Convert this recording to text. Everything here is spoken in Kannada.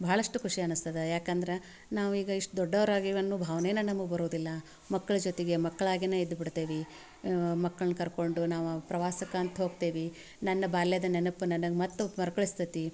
ಭಾಳಷ್ಟು ಖುಷಿ ಅನಿಸ್ತದ ಯಾಕಂದ್ರೆ ನಾವು ಈಗ ಇಷ್ಟು ದೊಡ್ಡವ್ರು ಆಗೀವಿ ಅನ್ನೋ ಭಾವ್ನೆನೇ ನಮಗೆ ಬರುವುದಿಲ್ಲ ಮಕ್ಳ ಜೊತೆಗೆ ಮಕ್ಳು ಆಗಿಯೇ ಇದ್ದು ಬಿಡ್ತೇವೆ ಮಕ್ಳನ್ನು ಕರ್ಕೊಂಡು ನಾವು ಪ್ರವಾಸಕ್ಕೆ ಅಂತ ಹೋಗ್ತೇವೆ ನನ್ನ ಬಾಲ್ಯದ ನೆನಪು ನನಗೆ ಮತ್ತೆ ಮರುಕಳಸ್ತತಿ